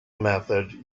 method